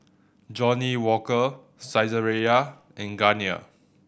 Johnnie Walker Saizeriya and Garnier